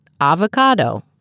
avocado